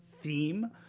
theme